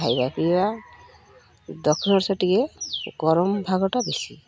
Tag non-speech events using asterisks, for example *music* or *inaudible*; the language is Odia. ଖାଇବା ପିଇବା ଦକ୍ଷିଣ *unintelligible* ଟିକିଏ ଗରମ ଭାଗଟା ବେଶୀ